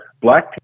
black